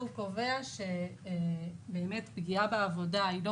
והוא קובע שבאמת פגיעה בעבודה היא לא